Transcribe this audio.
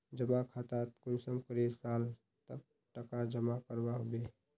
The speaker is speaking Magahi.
जमा खातात कुंसम करे साल तक टका जमा करवा होबे?